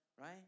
Right